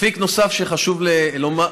אפיק נוסף שחשוב לומר,